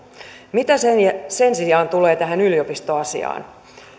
mitä sen sijaan tulee tähän yliopisto asiaan